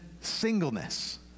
singleness